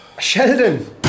Sheldon